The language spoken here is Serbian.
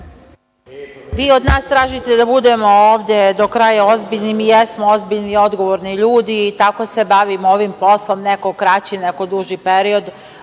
Vi od nas tražite da budemo ovde do kraja ozbiljni. Mi jesmo ozbiljni i odgovorni ljudi i tako se bavimo ovim poslom, neko kraći, neko duži period,